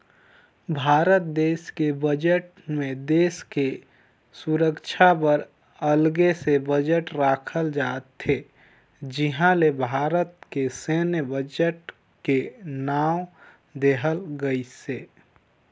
भारत देस के बजट मे देस के सुरक्छा बर अगले से बजट राखल जाथे जिहां ले भारत के सैन्य बजट के नांव देहल गइसे